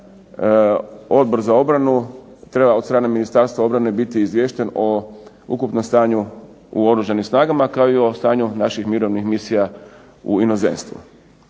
Odbor za obranu treba od strane Ministarstva obrane biti izvješten o ukupnom stanju u Oružanim snagama kao i o stanju naših mirovnih misija u inozemstvu.